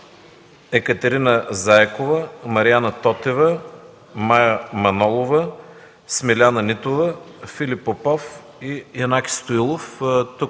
Екатерина Заякова, Мариана Тотева, Мая Манолова, Смиляна Нитова, Филип Попов и Янаки Стоилов.